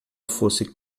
fosse